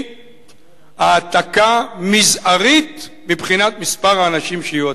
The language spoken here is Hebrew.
היא העתקה מזערית מבחינת מספר האנשים שיועתקו.